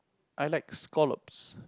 I like scallops